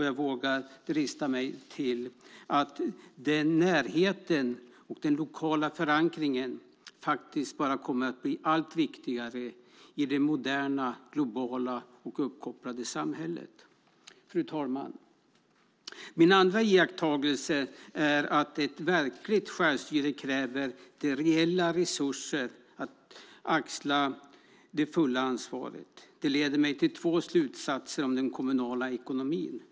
Jag dristar mig till att säga att den närheten och den lokala förankringen kommer att bli allt viktigare i det moderna, globala och uppkopplade samhället. Fru talman! Min andra iakttagelse är att ett verkligt självstyre kräver reella resurser att axla det fulla ansvaret. Det leder mig till två slutsatser om den kommunala ekonomin.